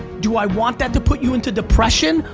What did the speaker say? do i want that to put you into depression,